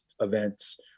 events